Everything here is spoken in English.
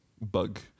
Bug